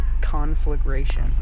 Conflagration